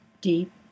deep